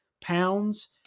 pounds